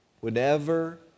Whenever